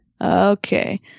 Okay